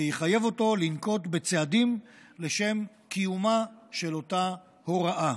שיחייב אותו לנקוט צעדים לשם קיומה של אותה הוראה,